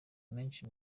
menshi